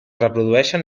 reprodueixen